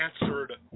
answered